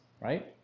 right